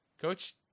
Coach